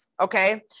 Okay